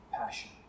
passion